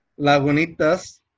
Lagunitas